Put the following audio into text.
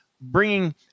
Bringing